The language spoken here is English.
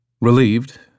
Relieved